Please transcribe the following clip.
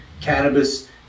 cannabis